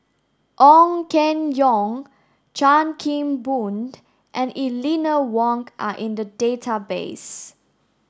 Ong Keng Yong Chan Kim Boon and Eleanor Wong are in the database